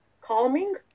calming